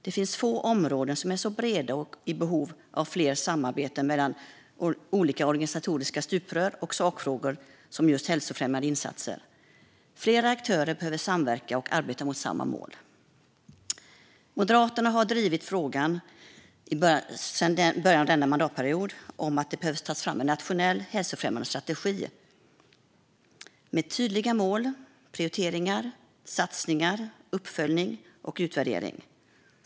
Det finns få områden som är så breda och i så stort behov av fler samarbeten mellan olika organisatoriska stuprör och sakfrågor som hälsofrämjande insatser. Fler aktörer behöver samverka och arbeta mot samma mål. Moderaterna har sedan början av denna mandatperiod drivit frågan om att det behöver tas fram en nationell hälsofrämjande strategi med tydliga mål, prioriteringar och satsningar samt uppföljning och utvärdering.